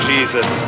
Jesus